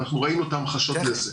אנחנו ראינו את ההמחשות לזה.